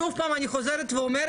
שוב פעם אני חוזרת ואומרת,